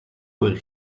were